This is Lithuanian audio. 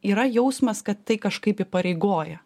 yra jausmas kad tai kažkaip įpareigoja